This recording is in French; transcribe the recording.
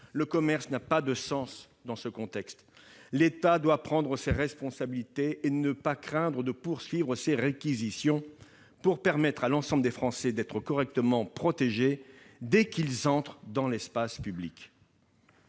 actuel, n'a pas de sens. L'État doit prendre ses responsabilités et ne pas craindre de poursuivre ses réquisitions pour permettre à l'ensemble des Français d'être correctement protégés dès qu'ils entrent dans l'espace public.